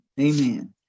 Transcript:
Amen